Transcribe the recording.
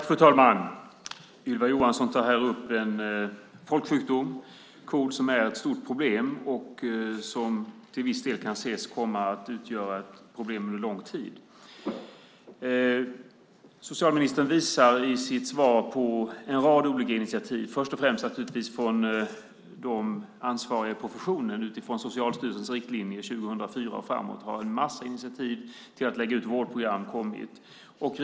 Fru talman! Ylva Johansson tar här upp en folksjukdom, KOL, som är ett stort problem och som till viss del kan ses komma att utgöra ett problem under lång tid. Socialministern visar i sitt svar på en rad olika initiativ. Först och främst har naturligtvis en massa initiativ till att lägga ut vårdprogram kommit från de ansvariga i professionen utifrån Socialstyrelsens riktlinjer 2004 och framåt.